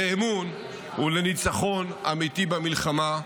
לאמון ולניצחון אמיתי במלחמה,